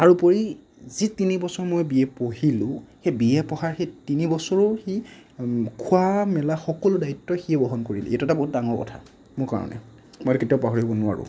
তাৰোপৰি যি তিনি বছৰ মই বি এ পঢ়িলোঁ সেই বি এ পঢ়া সেই তিনিবছৰো সি খোৱা মেলা সকলো দায়িত্ব সিয়ে বহন কৰিলে এইটো এটা ডাঙৰ কথা মোৰ কাৰণে মই এইটো কেতিয়াও পাহৰিব নোৱাৰোঁ